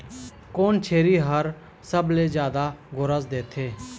कोन छेरी हर सबले जादा गोरस देथे?